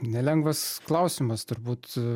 nelengvas klausimas turbūt